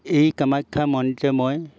এই কামাখ্যা মন্দিৰত মই